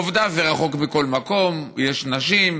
עובדה זה רחוק מכל מקום, ויש נשים,